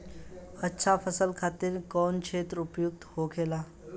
अच्छा फसल खातिर कौन क्षेत्र उपयुक्त होखेला?